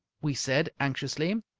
we said, anxiously.